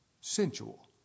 Sensual